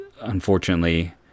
unfortunately